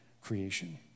creation